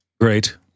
Great